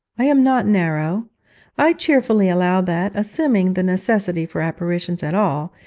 i am not narrow i cheerfully allow that, assuming the necessity for apparitions at all,